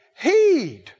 heed